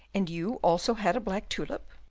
and you also had a black tulip?